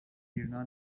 ایرنا